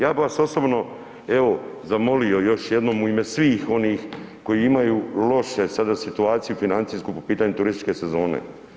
Ja bi vas osobno evo zamolio još jednom u ime svih onih koji imaju lošu sada situaciju financijsku po pitanju turističke sezone.